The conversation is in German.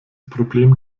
problem